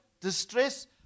distress